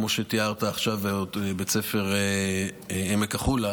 כמו שתיארת עכשיו בבית הספר עמק החולה,